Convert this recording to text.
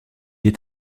est